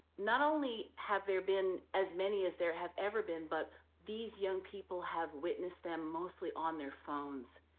not only have there been as many as there have ever been but these young people have witnessed them mostly on their phones.